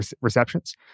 receptions